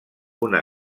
una